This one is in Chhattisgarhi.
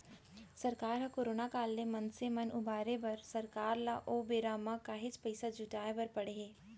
सरकार ह करोना काल ले मनसे मन उबारे बर सरकार ल ओ बेरा म काहेच पइसा जुटाय बर पड़े हे